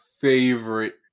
favorite